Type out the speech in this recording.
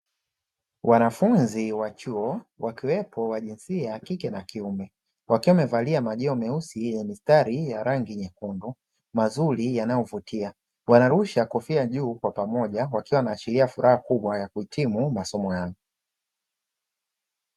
Wanafunzi wa chuo wakiwepo wa jinsia ya kike na kiume, wakiwa wamevalia majoho meusi yenye mistari ya rangi nyekundu mazuri yanayovutia. Wanarusha kofia juu kwa pamoja, wakiwa wanaashiria furaha kubwa ya kuhitimu masomo hayo.